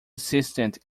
assistant